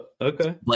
Okay